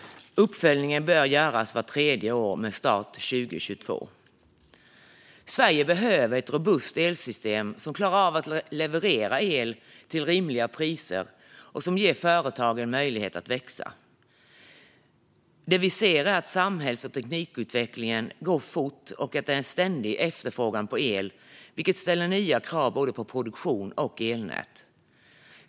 Uppföljningen bör göras vart tredje år med start 2022. Sverige behöver ett robust elsystem som klarar att leverera el till rimliga priser och som ger företag möjlighet att växa. Det vi ser är att samhälls och teknikutvecklingen går fort och att det är en ständig efterfrågan på el, vilket ställer nya krav på både produktion och elnät.